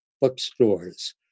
bookstores